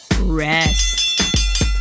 rest